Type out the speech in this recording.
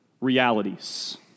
Realities